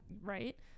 right